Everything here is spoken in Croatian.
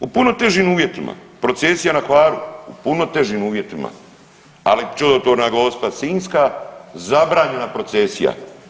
U puno težim uvjetima procesija na Hvaru, u puno težim uvjetima ali čudotvorna gospa Sinjska zabranjena procesija.